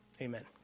Amen